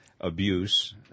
abuse